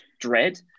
dread